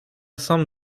sam